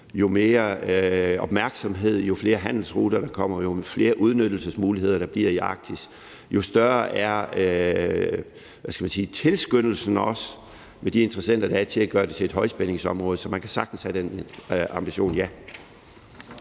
jo mere opmærksomhed og jo flere handelsruter, der kommer, og jo flere udnyttelsesmuligheder, der bliver i Arktis, jo større er tilskyndelsen også med de interessenter, der er, til at gøre det til et højspændingsområde. Så ja, man kan sagtens have den ambition.